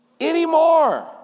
anymore